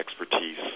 expertise